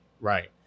right